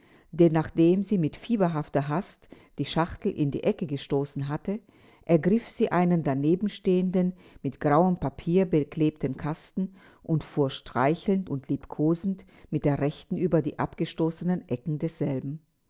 denn nachdem sie mit fieberhafter hast die schachtel in die ecke gestoßen hatte ergriff sie einen danebenstehenden mit grauem papier beklebten kasten und fuhr streichelnd und liebkosend mit der rechten über die abgestoßenen ecken desselben